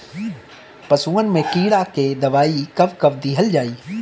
पशुअन मैं कीड़ा के दवाई कब कब दिहल जाई?